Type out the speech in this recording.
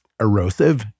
erosive